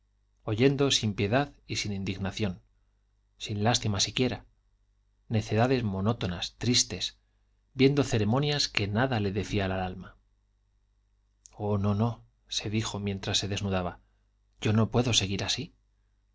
oyendo sin piedad y sin indignación sin lástima siquiera necedades monótonas tristes viendo ceremonias que nada le decían al alma oh no no se dijo mientras se desnudaba yo no puedo seguir así